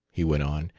he went on,